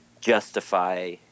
justify